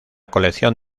colección